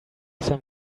some